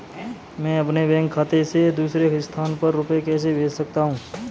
मैं अपने बैंक खाते से दूसरे स्थान पर रुपए कैसे भेज सकता हूँ?